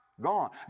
gone